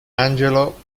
angelo